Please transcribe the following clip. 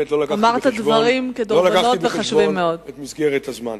לא לקחתי בחשבון את מסגרת הזמן.